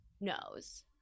knows